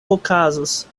okazas